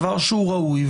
דבר שהוא ראוי,